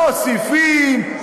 מוסיפים,